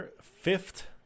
fifth